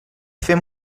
fem